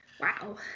wow